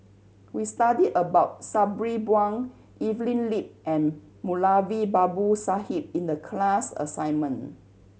we studied about Sabri Buang Evelyn Lip and Moulavi Babu Sahib in the class assignment